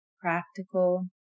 practical